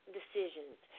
decisions